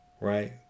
Right